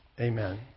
Amen